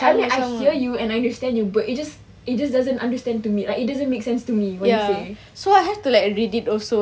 I mean I hear you and I understand you but it just it just doesn't understand to me it doesn't make sense to me what you say so I have to like read it also so I have to like read it also